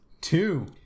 Two